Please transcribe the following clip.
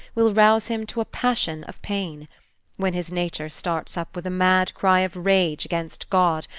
will rouse him to a passion of pain when his nature starts up with a mad cry of rage against god,